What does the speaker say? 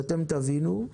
ואתם תבינו,